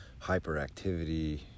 hyperactivity